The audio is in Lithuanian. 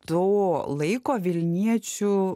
to laiko vilniečių